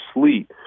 sleep